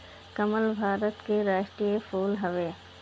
कमल भारत के राष्ट्रीय फूल हवे